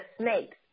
snake